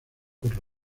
por